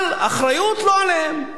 אבל האחריות לא עליהם,